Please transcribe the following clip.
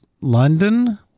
London